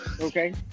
Okay